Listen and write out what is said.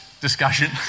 discussion